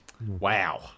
Wow